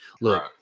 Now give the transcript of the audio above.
Look